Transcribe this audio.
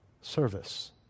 service